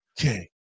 Okay